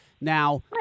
Now